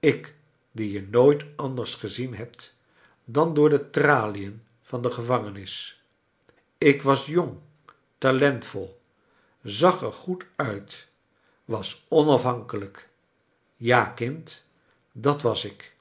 ik dien je nooit anders gezien hebt dan door de tralien van de gevangenis ik was jong talentvol zag er goed uit was onafhankelijk ja kind dat was ik